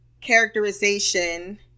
characterization